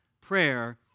prayer